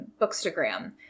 Bookstagram